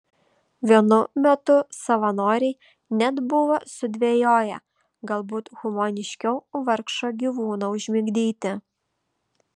vienu metu savanoriai net buvo sudvejoję galbūt humaniškiau vargšą gyvūną užmigdyti